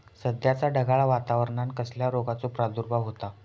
सध्याच्या ढगाळ वातावरणान कसल्या रोगाचो प्रादुर्भाव होता?